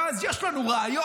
ואז יש לנו ריאיון,